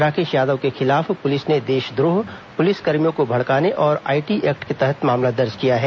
राकेश यादव के खिलाफ पुलिस ने देशद्रोह पुलिसकर्मियों को भड़काने और आईटी एक्ट के तहत मामला दर्ज किया है